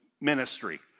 ministry